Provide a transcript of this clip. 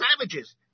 savages